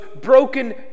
broken